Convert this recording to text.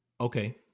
Okay